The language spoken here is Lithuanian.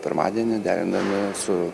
pirmadienį derindami su